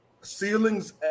ceilings